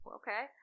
okay